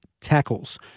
tackles